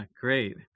great